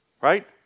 right